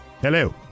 Hello